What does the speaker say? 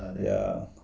ya